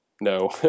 no